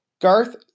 Garth